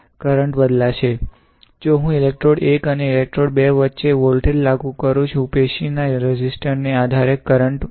જો હું ઇલેક્ટ્રોડ 1 અને ઇલેક્ટ્રોડ 2 વચ્ચે વોલ્ટેજ લાગુ કરું છું પેશીના રેઝિસ્ટર ને આધારે કરન્ટ વહેશે